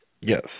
Yes